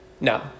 No